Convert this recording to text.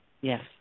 Yes